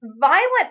violent